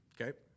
okay